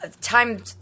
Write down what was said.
time